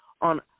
on